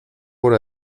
por